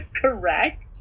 correct